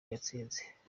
yatsinze